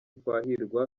twahirwa